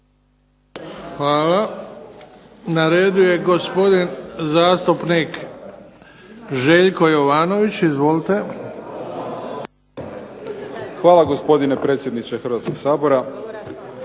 Hvala. Na redu je gospodin zastupnik Željko Jovanović. Izvolite. **Jovanović, Željko (SDP)** Hvala gospodine predsjedniče Hrvatskog sabora.